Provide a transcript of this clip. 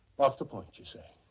off the point, you say?